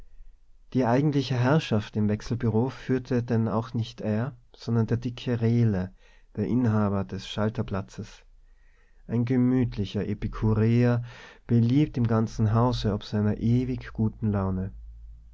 die eigentliche herrschaft im wechselbureau führte denn auch nicht er sondern der dicke rehle der inhaber des schalterplatzes ein gemütlicher epikureer beliebt im ganzen hause ob seiner ewig guten laune